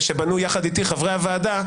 ושבנו יחד איתי חברי הוועדה,